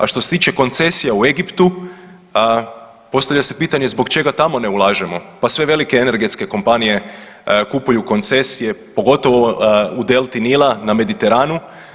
A što se tiče koncesija u Egiptu postavlja se pitanje zbog čega tamo ne ulažemo, pa sve velike energetske kompanije kupuju koncesije pogotovo u delti Nila na Mediteranu.